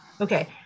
Okay